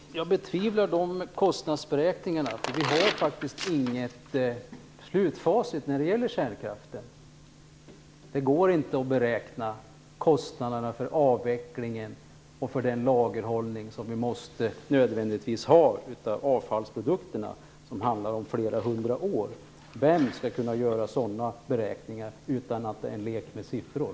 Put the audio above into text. Herr talman! Jag betvivlar de kostnadsberäkningarna. Vi har ju faktiskt inte något facit när det gäller kärnkraften. Det går inte att beräkna kostnaderna för avvecklingen och för den lagerhållning av avfallsprodukterna som vi nödvändigtvis måste ha. Det handlar om flera hundra år. Vem kan göra sådana beräkningar utan att det blir en lek med siffror?